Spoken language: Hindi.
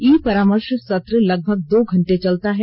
ई परामर्श सत्र लगभग दो घंटे चलता है